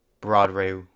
Broadway